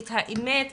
את האמת,